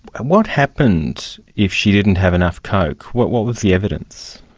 and what happened if she didn't have enough coke? what what was the evidence?